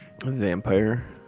Vampire